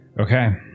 Okay